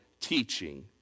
teaching